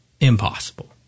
impossible